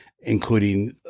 including